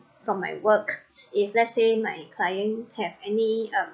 from my work if let's say my client have any um